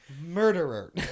murderer